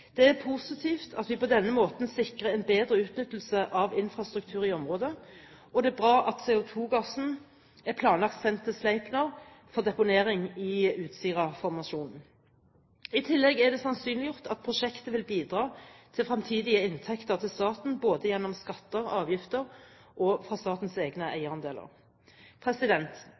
Det er positivt at vi på denne måten sikrer en bedre utnyttelse av infrastruktur i området, og det er bra at CO2-gassen er planlagt sendt til Sleipner for deponering i Utsira-formasjonen. I tillegg er det sannsynliggjort at prosjektet vil bidra til fremtidige inntekter til staten, både gjennom skatter og avgifter og fra statens egne eierandeler.